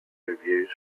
reviews